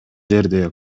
жерде